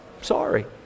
Sorry